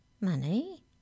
Money